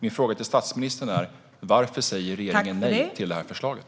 Min fråga till statsministern är: Varför säger regeringen nej till förslaget?